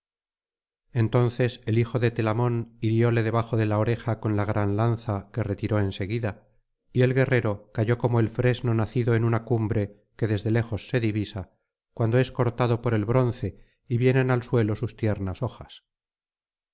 entonces el hijo de telamón hirióle debajo de la oreja con la gran lanza que retiró en seguida y el guerrero cayó como el fresno nacido en una cumbre que desde lejos se divisa cuando es cortado por el bronce y vienen al suelo sus tiernas hojas